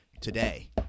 today